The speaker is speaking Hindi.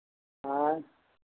हाँ